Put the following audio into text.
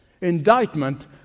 indictment